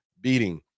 beating